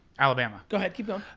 alabama. go ahead, keep going.